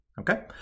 Okay